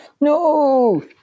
no